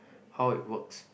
how it works